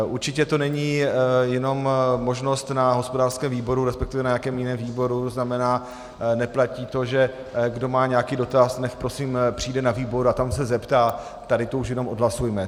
Určitě to není možnost jenom na hospodářském výboru, resp. na jakém jiném výboru, to znamená, neplatí to, že kdo má nějaký dotaz, nechť prosím přijde na výbor a tam se zeptá, tady to už jenom odhlasujme.